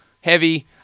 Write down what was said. heavy